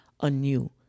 anew